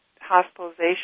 hospitalization